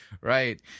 Right